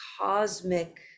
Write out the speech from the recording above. cosmic